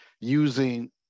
using